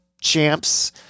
champs